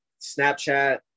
snapchat